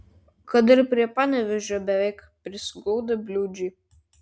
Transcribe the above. kad ir prie panevėžio beveik prisiglaudę bliūdžiai